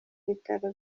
bitaro